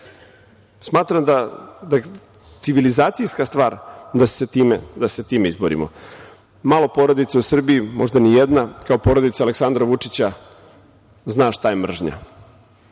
Smatram da je civilizacijska stvar da se sa time izborimo. Malo porodica u Srbiji, možda ni jedna, kao porodica Aleksandra Vučića zna šta je mržnja